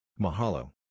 Mahalo